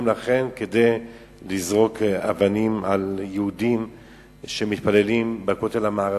לכן כדי לזרוק אבנים על יהודים שמתפללים בכותל המערבי.